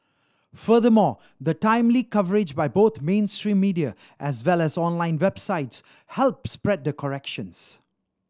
furthermore the timely coverage by both mainstream media as well as online websites help spread the corrections